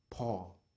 Paul